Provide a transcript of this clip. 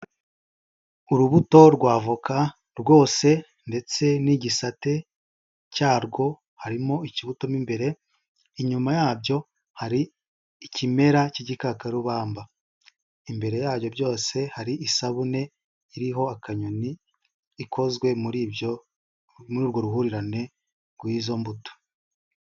Urubuto rwa avoka rwose ndetse n'igisate cyarwo harimo ikibuto m’imbere, inyuma yabyo har’ikimera cy'igikakarubamba, imbere yabyo byose har’isabune iriho akanyoni ikozwe mur’urwo ruhurirane rw'izo mbuto.